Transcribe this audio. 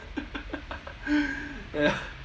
ya